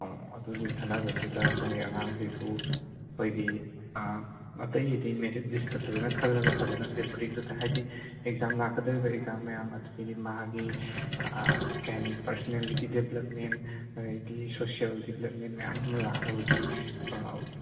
ꯑꯗꯨꯒꯤ ꯈꯟꯅꯕꯁꯤꯗ ꯁꯣꯝꯒꯤ ꯑꯉꯥꯡꯁꯤꯁꯨ ꯑꯩꯈꯣꯏꯒꯤ ꯑꯇꯩꯒꯤꯗꯤ ꯃꯦꯔꯤꯠ ꯂꯤꯁꯇ ꯐꯖꯅ ꯈꯜꯂꯒ ꯐꯖꯅ ꯗꯦ ꯕꯣꯔꯗꯤꯡꯗꯨꯗ ꯍꯥꯏꯗꯤ ꯑꯦꯛꯖꯥꯝ ꯂꯥꯛꯀꯗꯣꯔꯤꯕ ꯑꯦꯛꯖꯥꯝ ꯃꯌꯥꯝ ꯑꯗꯨꯗꯒꯤ ꯃꯍꯥꯛꯀꯤ ꯀꯔꯤ ꯍꯥꯏꯅꯤ ꯄꯥꯔꯁꯣꯅꯦꯂꯤꯇꯤ ꯗꯦꯕ꯭ꯂꯕꯃꯦꯟ ꯑꯗꯒꯤ ꯁꯣꯁꯦꯜ ꯗꯦꯕ꯭ꯂꯕꯃꯦꯟ ꯃꯌꯥꯝ ꯑꯃ ꯂꯥꯛꯅꯕꯒꯤ